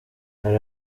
hari